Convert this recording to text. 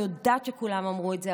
אני יודעת שכולם אמרו את זה,